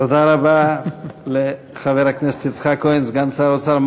תודה רבה לחבר הכנסת יצחק כהן, סגן שר האוצר.